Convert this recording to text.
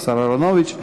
השר אהרונוביץ.